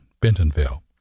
Bentonville